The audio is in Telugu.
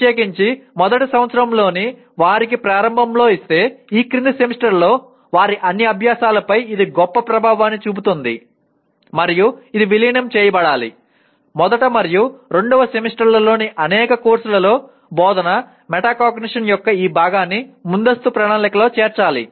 ప్రత్యేకించి మొదటి సంవత్సరంలోనే వారికి ప్రారంభంలో ఇస్తే ఈ క్రింది సెమిస్టర్లలో వారి అన్ని అభ్యాసాలపై ఇది గొప్ప ప్రభావాన్ని చూపుతుంది మరియు ఇది విలీనం చేయబడాలి మొదటి మరియు రెండవ సెమిస్టర్లలోని అనేక కోర్సులలో బోధనా మెటాకాగ్నిషన్ యొక్క ఈ భాగాన్ని ముందస్తు ప్రణాళికలో చేర్చాలి